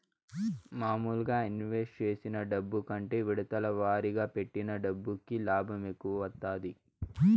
మాములుగా ఇన్వెస్ట్ చేసిన డబ్బు కంటే విడతల వారీగా పెట్టిన డబ్బుకి లాభం ఎక్కువ వత్తాది